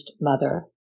mother